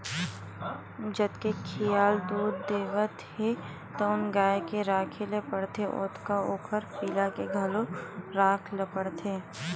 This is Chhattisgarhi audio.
जतके खियाल दूद देवत हे तउन गाय के राखे ल परथे ओतके ओखर पिला के घलो राखे ल परथे